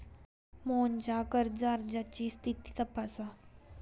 मोहनच्या कर्ज अर्जाची स्थिती तपासा